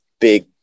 big